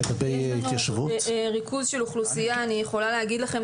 נתניה, חיפה.